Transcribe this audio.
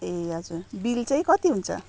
ए हजुर बिल चाहिँ कति हुन्छ